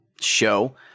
show